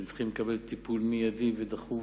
הם צריכים לקבל טיפול מיידי ודחוף.